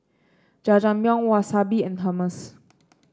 Jajangmyeon Wasabi and Hummus